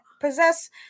possess